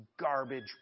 garbage